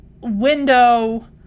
window